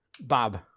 Bob